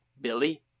Billy